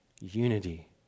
unity